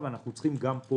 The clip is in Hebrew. וגם פה